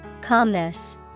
Calmness